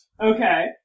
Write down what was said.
Okay